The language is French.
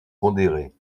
modéré